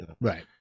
Right